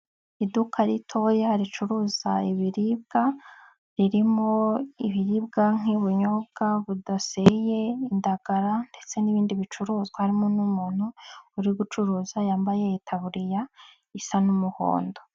Iduka ritoya ricuruza ibiribwa ririmo ibiribwa nk'ibinyobwa budaseye, indagara ndetse n'ibindi bicuruzwa, harimo n'umuntu uri gucuruza yambaye itaburiya isa n'umuhondo.